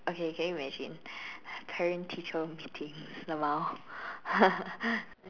okay can you imagine parent teacher meeting lmao